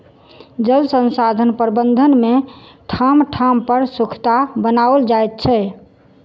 जल संसाधन प्रबंधन मे ठाम ठाम पर सोंखता बनाओल जाइत छै